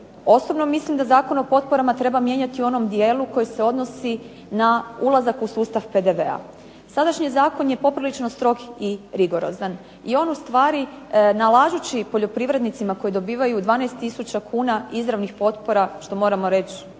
Osobno mislim da Zakon o potporama treba mijenjati u onom dijelu koji se odnosi na ulazak u sustav PDV-a. Sadašnji zakon je poprilično strog i rigorozan i on ustvari nalažući poljoprivrednicima koji dobivaju 12 tisuća kuna izravnih potpora, što moramo reći